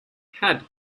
had